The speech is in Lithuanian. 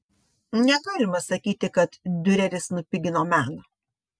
negalima sakyti kad diureris nupigino meną